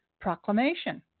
proclamation